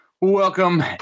Welcome